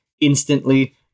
instantly